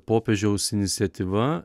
popiežiaus iniciatyva